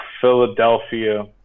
Philadelphia